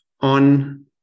on